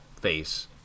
face